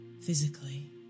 physically